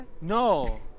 No